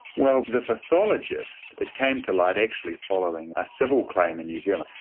well the pathologist, it came to light actually following a civil claim in new zealand,